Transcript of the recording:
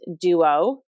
duo